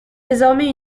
désormais